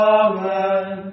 amen